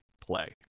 play